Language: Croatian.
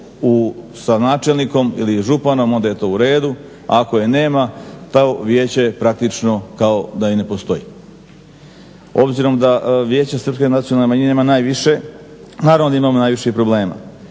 sa načelnikom ili županom onda je to u redu. Ako je nema to vijeće praktično kao da i ne postoji. Obzirom da Vijeće srpske nacionalne manjine ima najviše naravno da imamo i najviše problema.